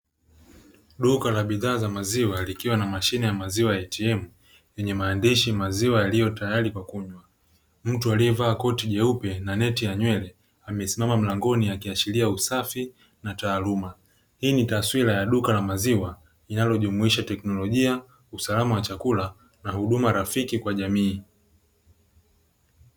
Duka la bidhaa za maziwa likiwa na mashine ya maziwa ya "ATM", yenye maandishi maziwa yaliyo tayari kwa kunywa. Mtu aliyevaa koti jeupe na neti ya nywele, amesimama mlangoni akiashiria usafi na taaluma. Hii ni taswira ya duka la maziwa linalojumuisha teknolojia, usalama wa chakula na huduma rafiki kwa jamii.